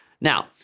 Now